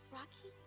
Rocky